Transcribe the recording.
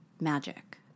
magic